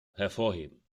hervorheben